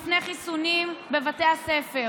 בפני חיסונים בבתי הספר.